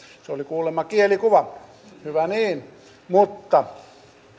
se oli kuulemma kielikuva hyvä niin mutta